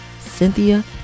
Cynthia